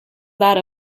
that